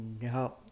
no